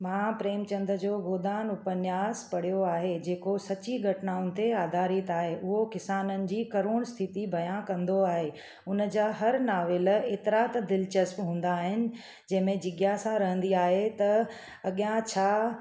मां प्रेम चंद जो गोदान उप्नयास पढ़ियो आहे जेको सची घटनाउनि ते आधारित आहे उहो किसाननि जी करूण स्थिति बया कंदो आहे उन जा हर नॉवेल एतिरा त दिलचस्प हूंदा आहिनि जंहिंमें जिग्रासा रहंदी आहे त अॻियां छा